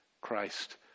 Christ